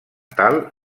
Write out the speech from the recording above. tal